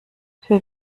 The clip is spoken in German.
für